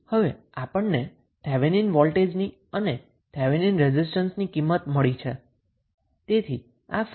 હવે આપણને થેવેનિન વોલ્ટેજની અને થેવેનિન રેઝિસ્ટન્સ ની કિંમત મળી છે